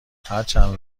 هرچند